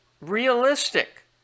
realistic